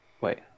Wait